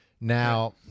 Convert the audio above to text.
Now